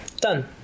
Done